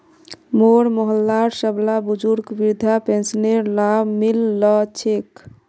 मोर मोहल्लार सबला बुजुर्गक वृद्धा पेंशनेर लाभ मि ल छेक